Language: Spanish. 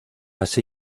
así